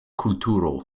kulturo